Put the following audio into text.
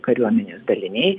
kariuomenės daliniai